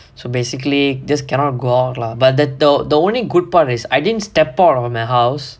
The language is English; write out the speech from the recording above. so basically just cannot go out lah but the the the only good part is I didn't step out of my house